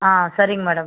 ஆ சரிங்க மேடம்